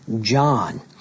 John